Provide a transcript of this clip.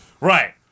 Right